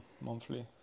monthly